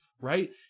right